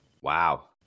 Wow